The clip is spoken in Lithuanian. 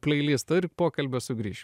pleilisto ir pokalbio sugrįšim